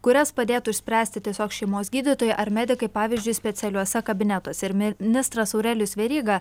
kurias padėtų išspręsti tiesiog šeimos gydytojai ar medikai pavyzdžiui specialiuose kabinetuose ir ministras aurelijus veryga